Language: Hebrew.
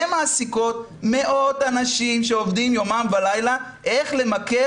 הן מעסיקות מאות אנשים שעובדים יומם ולילה איך למכר